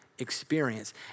experience